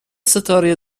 ستاره